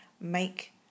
make